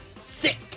sick